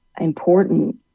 important